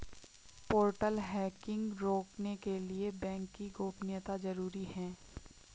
portal hacking रोकने के लिए बैंक की गोपनीयता जरूरी हैं